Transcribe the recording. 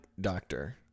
doctor